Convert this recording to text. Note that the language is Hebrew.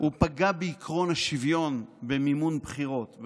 פגע בעקרון השוויון במימון בחירות,